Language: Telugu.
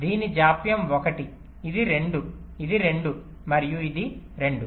దీని జాప్యం 1 ఇది 2 ఇది 2 మరియు ఇది 2